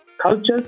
cultures